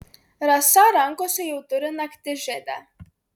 rasa rankose jau turi naktižiedę